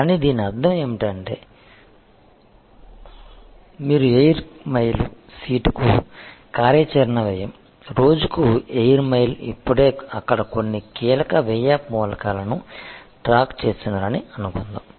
కానీ దీని అర్థం ఏమిటంటే మీరు ఎయిర్ మైలు సీటుకు కార్యాచరణ వ్యయం రోజుకు ఎయిర్ మైలు ఇప్పుడే అక్కడ కొన్ని కీలక వ్యయ మూలకాలను ట్రాక్ చేస్తున్నారని అనుకుందాం